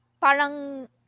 Parang